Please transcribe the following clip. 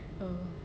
oh